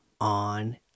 on